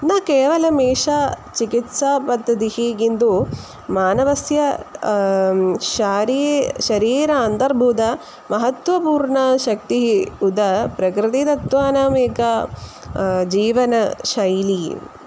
न केवलमेषा चिकित्सापद्धतिः किन्तु मानवस्य शरीरं शरीरम् अन्तर्भूतमहत्त्वपूर्णशक्तिः उत प्रकृतितत्त्वानाम् एका जीवनशैली